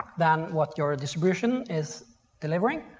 then what your distribution is delivering,